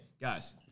Guys